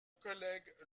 collègue